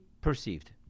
perceived